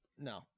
No